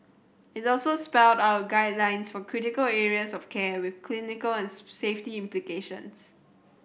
it also spelled out guidelines for critical areas of care with clinical and safety implications